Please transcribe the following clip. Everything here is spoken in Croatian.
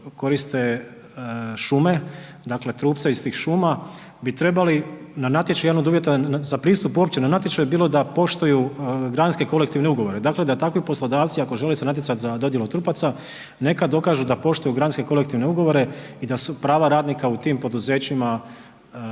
šume, dakle trupce iz tih šuma bi trebali na natječaj jedan od uvjeta za pristup uopće na natječaj bilo da poštuju .../Govornik se ne razumije./... kolektivne ugovore dakle da takvi poslodavci ako žele se natjecati za dodjelu trupaca, neka dokažu da poštuju .../Govornik se ne razumije./... kolektivne ugovore i da su prava radnika u tim poduzećima